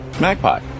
Magpie